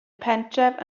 pentref